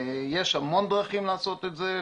יש המון דרכים לעשות את זה,